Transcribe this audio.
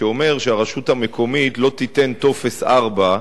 שאומר שהרשות המקומית לא תיתן טופס 4,